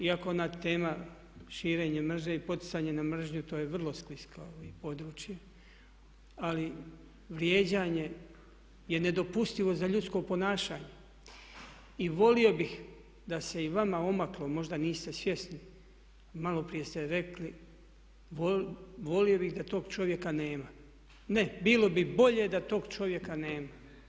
Iako ona tema širenje mržnje, poticanje na mržnju to je vrlo sklisko područje ali vrijeđanje je nedopustivo za ljudsko ponašanje i volio bih da se i vama omaklo, možda niste svjesni, maloprije ste rekli, volio bih da toga čovjeka nema, ne, bilo bi bolje da tog čovjeka nema.